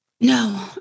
No